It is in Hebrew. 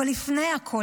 אבל לפני הכול,